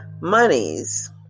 monies